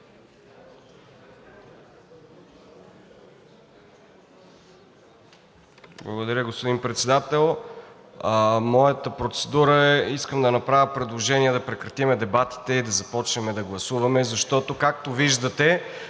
Благодаря, господин Председател. Искам да направя предложение да прекратим дебатите и да започнем да гласуваме, защото, както виждате,